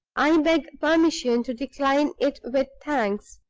i beg permission to decline it with thanks.